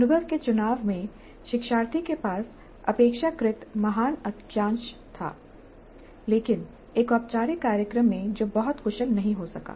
अनुभव के चुनाव में शिक्षार्थी के पास अपेक्षाकृत महान अक्षांश था लेकिन एक औपचारिक कार्यक्रम में जो बहुत कुशल नहीं हो सका